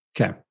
Okay